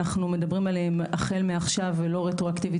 אנחנו מדברים עליהם החל מעכשיו ולא רטרו-אקטיבית,